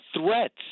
threats